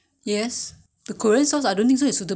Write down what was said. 用那个比较好那那个比较好吃